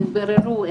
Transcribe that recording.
הם ביררו,